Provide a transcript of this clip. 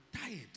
tired